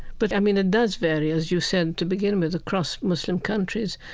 but, i mean, it does vary, as you said to begin with, across muslim countries.